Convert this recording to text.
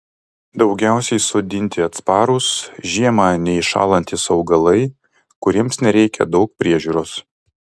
daugiausiai sodinti atsparūs žiemą neiššąlantys augalai kuriems nereikia daug priežiūros